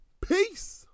Peace